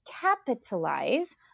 capitalize